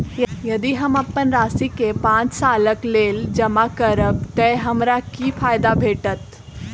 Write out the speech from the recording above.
यदि हम अप्पन राशि केँ पांच सालक लेल जमा करब तऽ हमरा की फायदा भेटत?